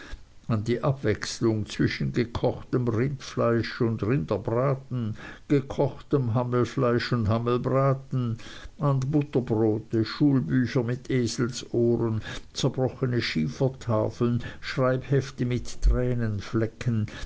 die abwechslung zwischen gekochtem rindfleisch und rinderbraten gekochtem hammelfleisch und hammelbraten an butterbrote schulbücher mit eselsohren zerbrochene schiefertafeln schreibhefte mit